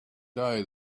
day